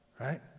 Right